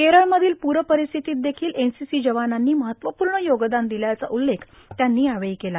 केरळमधील पूरर्पारस्थिती देखील एन सी सी जवानांनी महत्वपूण योगदान र्दादल्याचा उल्लेख त्यांनी यावेळी केला